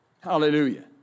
Hallelujah